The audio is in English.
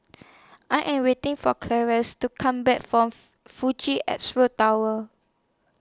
I Am waiting For Claudia's to Come Back from Fuji Xerox Tower